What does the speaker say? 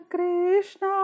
Krishna